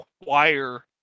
require